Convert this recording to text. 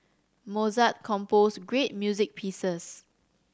Mozart composed great music pieces